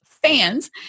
fans